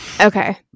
Okay